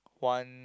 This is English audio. one